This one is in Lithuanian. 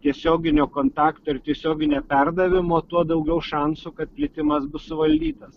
tiesioginio kontakto ir tiesioginė perdavimo tuo daugiau šansų kad plitimas bus suvaldytas